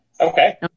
Okay